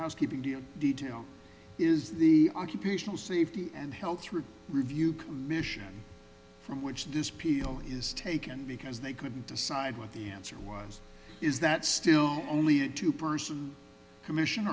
housekeeping deal detail is the occupational safety and health risk review commission from which this peel is taken because they couldn't decide what the answer was is that still only a two person commission